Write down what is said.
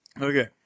okay